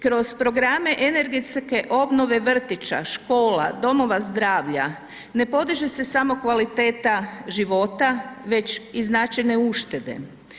Kroz programe energetske obnove vrtića, škola, domova zdravlja, ne podiže se samo kvaliteta života, već i značajne uštede.